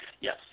Yes